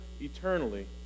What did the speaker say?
eternally